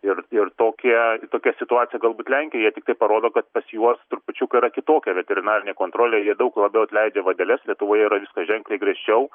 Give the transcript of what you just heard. ir ir tokie tokia situacija galbūt lenkijoje tiktai parodo kad pas juos trupučiuką yra kitokia veterinarinė kontrolė jie daug labiau atleidžia vadeles lietuvoje yra viskas ženkliai griežčiau